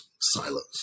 silos